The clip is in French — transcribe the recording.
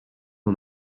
aux